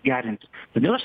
gerinti todėl aš